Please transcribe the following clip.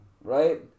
right